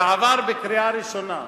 ועבר בקריאה ראשונה.